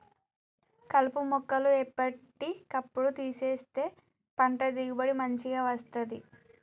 కలుపు మొక్కలు ఎప్పటి కప్పుడు తీసేస్తేనే పంట దిగుబడి మంచిగ వస్తది